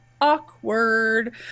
awkward